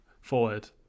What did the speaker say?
forward